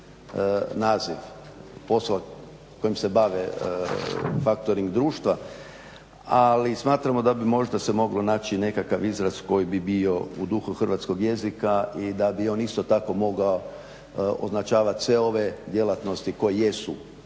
da bi možda se moglo naći nekakav izraz koji bi bio u duhu hrvatskog jezika i da bi on isto tako mogao označavati sve ove djelatnosti koje jesu